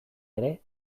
ere